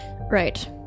Right